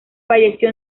falleció